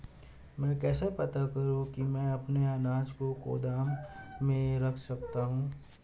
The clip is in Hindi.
मैं कैसे पता करूँ कि मैं अपने अनाज को गोदाम में रख सकता हूँ?